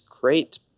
great